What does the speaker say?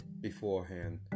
beforehand